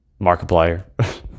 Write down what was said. Markiplier